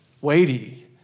weighty